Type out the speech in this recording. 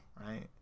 right